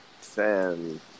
Fan